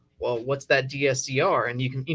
well, what's that dscr? and you can,